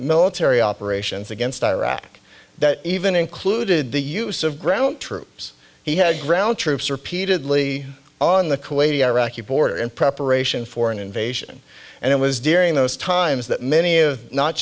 military operations against iraq that even included the use of ground troops he had ground troops repeatedly on the kuwaiti iraqi border in preparation for an invasion and it was during those times that many